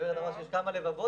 ורד אמרה שיש כמה לבבות.